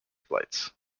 flights